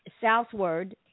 southward